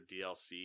DLC